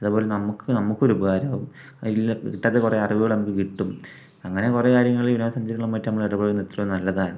അതുപോലെ നമുക്ക് നമുക്കും ഒരു ഉപകാരമാകും കിട്ടാത്ത കുറേ അറിവുകൾ നമുക്ക് കിട്ടും അങ്ങനെ കുറേ കാര്യങ്ങളിൽ വിനോദ സഞ്ചാരികളുമായിട്ട് നമ്മൾ ഇടപഴകുന്നത് എത്രയോ നല്ലതാണ്